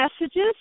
messages